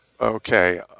okay